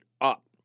up